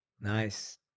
Nice